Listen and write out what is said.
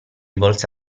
volse